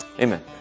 amen